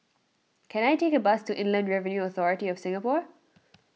can I take a bus to Inland Revenue Authority of Singapore